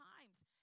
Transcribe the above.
times